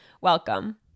Welcome